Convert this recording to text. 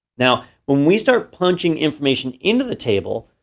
now when we start punching information into the table,